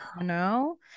No